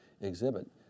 Exhibit